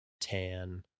tan